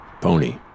pony